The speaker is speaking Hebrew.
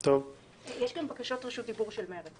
יש דרישות דיבור של מרצ